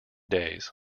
days